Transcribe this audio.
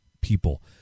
people